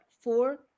four